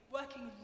working